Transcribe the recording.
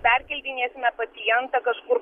perkeldinėsime pacientą kažkur